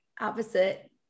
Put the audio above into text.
opposite